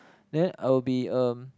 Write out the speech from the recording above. then I will be um